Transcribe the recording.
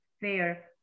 fair